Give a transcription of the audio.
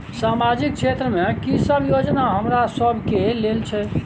सामाजिक क्षेत्र में की सब योजना हमरा सब के लेल छै?